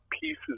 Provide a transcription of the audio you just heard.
pieces